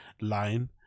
line